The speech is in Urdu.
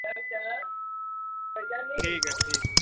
ٹھیک ہے ٹھیک ہے